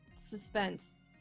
suspense